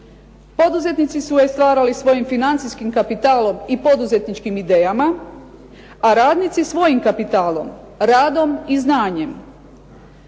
Poduzetnici su je stvarali svojim financijskim kapitalom i poduzetničkim idejama, a radnici svojim kapitalom, radom i znanjem.